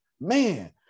Man